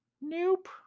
Nope